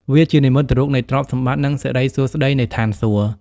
វាជានិមិត្តរូបនៃទ្រព្យសម្បត្តិ និងសិរីសួស្តីនៃឋានសួគ៌។